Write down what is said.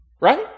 right